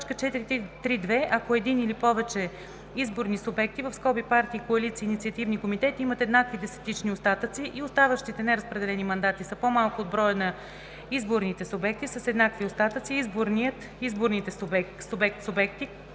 Ако един или повече изборни субекти (партии, коалиции, инициативни комитети) имат еднакви десетични остатъци и оставащите неразпределени мандати са по-малко от броя на изборните субекти с еднакви остатъци, изборният/изборните